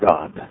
God